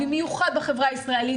במיוחד בחברה הישראלית,